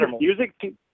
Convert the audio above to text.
music